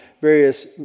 various